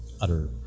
utter